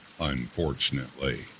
unfortunately